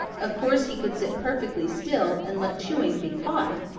of course he could sit perfectly still and let chewink be caught,